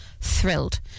Thrilled